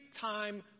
time